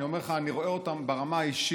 אני אומר לך, אני רואה אותם ברמה האישית,